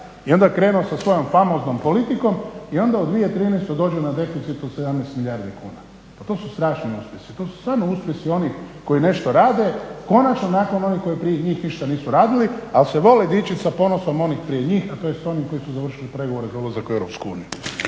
i onda krenuo sa svojom famoznom politikom i onda u 2013. dođe na deficit od 17 milijardi kuna. Pa to su strašni uspjesi. To su samo uspjesi onih koji nešto rade konačno nakon onih koji prije njih ništa nisu radili, ali se vole dičiti sa ponosom onih prije njih, a to su oni koji su završili pregovore za ulazak u EU.